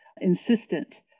insistent